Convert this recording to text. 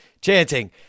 chanting